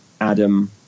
Adam